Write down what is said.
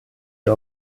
die